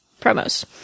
promos